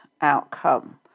outcome